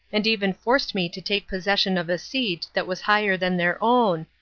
and even forced me to take possession of a seat that was higher than their own,